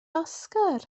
oscar